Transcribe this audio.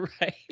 right